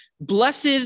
Blessed